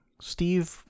Steve